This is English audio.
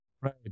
Right